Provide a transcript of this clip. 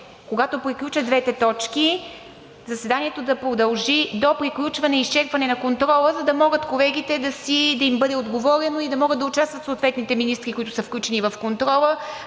когато приключат двете точки, заседанието да продължи до приключване и изчерпване на контрола, за да може на колегите да им бъде отговорено и да могат да участват съответните министри, които са включени в контрола,